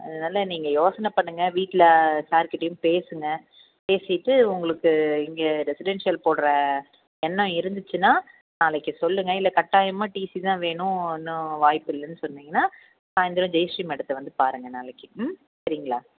அதனால நீங்கள் யோசனை பண்ணுங்கள் வீட்டில் சார் கிட்டையும் பேசுங்கள் பேசிவிட்டு உங்களுக்கு இங்கே ரெசிடென்ஷியல் போடுகிற எண்ணம் இருந்துச்சின்னா நாளைக்கு சொல்லுங்கள் இல்லை கட்டாயமாக டீசி தான் வேணும் ஒன்றும் வாய்ப்பில்லைனு சொன்னிங்கன்னா சாய்ந்தரம் ஜெய்ஸ்ரீ மேடத்தை வந்து பாருங்கள் நாளைக்கு ம் சரிங்களா